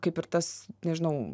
kaip ir tas nežinau